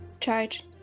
charge